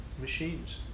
machines